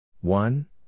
one